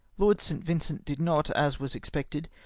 lord st. vincent did not, as was expected,